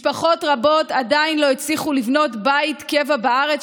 משפחות רבות עדיין לא הצליחו לבנות בית קבע בארץ,